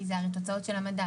כי זה הרי תוצאות של המדד.